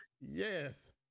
Yes